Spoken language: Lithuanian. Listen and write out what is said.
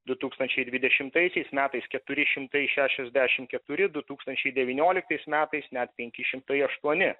du tūkstančiai dvidešimtaisiais metais keturi šimtai šešiasdešimt keturi du tūkstančiai devynioliktais metais net penki šimtai aštuoni